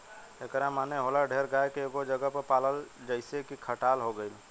एकरा माने होला ढेर गाय के एगो जगह पर पलाल जइसे की खटाल हो गइल